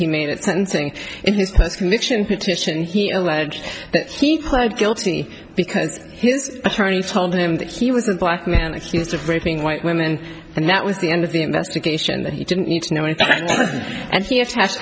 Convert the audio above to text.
he made at sentencing in his postcondition petition he alleged that he pled guilty because his attorney told him that he was a black man accused of raping white women and that was the end of the investigation that he didn't need to know anything and he attached